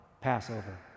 Passover